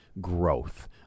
growth